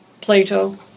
Plato